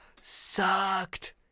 sucked